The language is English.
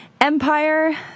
Empire